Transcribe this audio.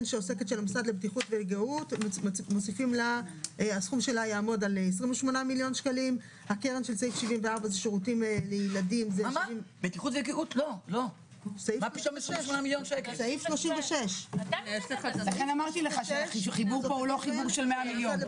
36. לכן אמרתי שהחיבור פה לא של 100 מיליון.